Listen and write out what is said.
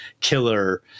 killer